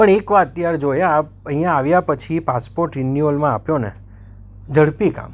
પણ એક વાત કે યાર જોયા અહીંયા આવ્યા પછી પાસપોર્ટ રિન્યુઅલમાં આપ્યો ને ઝડપી કામ